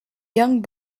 young